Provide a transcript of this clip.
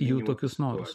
jų tokius norus